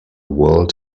world